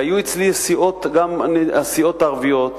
והיו אצלי גם הסיעות הערביות.